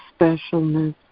specialness